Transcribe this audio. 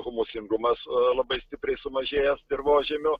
humusingumas labai stipriai sumažėjęs dirvožemio